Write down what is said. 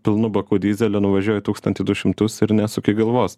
pilnu baku dyzelio nuvažiuoji tūkstantį du šimtus ir nesuki galvos